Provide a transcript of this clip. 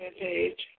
page